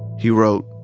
he wrote,